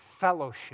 fellowship